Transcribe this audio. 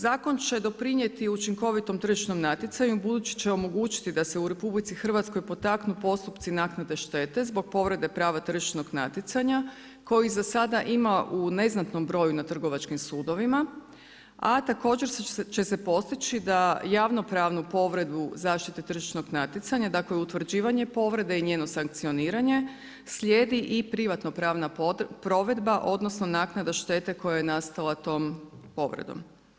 Zakon će doprinijeti učinkovitom tržišnom natjecanju, budući će omogućiti da se u RH potaknu postupci naknade štete zbog povrede prava tržišnog natjecanja, koji za sad ima u neznatnom broju na trgovačkim sudovima, a također će se postići da javnopravnu povredu zaštite tržišnog natjecanja, dakle utvrđivanje povrede i njeno sankcioniranje slijedi privatno pravna provedba, odnosno naknada štete koja je nastala tom povredom.